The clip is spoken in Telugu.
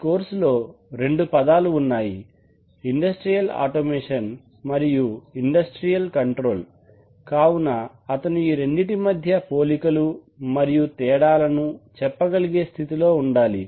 ఈ కోర్సులో రెండు పదాలు ఉన్నాయి ఇండస్ట్రియల్ ఆటోమేషన్ మరియు ఇండస్ట్రియల్ కంట్రోల్ కావున అతను ఈ రెండిటి మధ్య పోలికలు మరియు తేడాలను చెప్పగలిగే స్థితిలో ఉండాలి